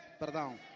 Perdão